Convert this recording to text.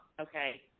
okay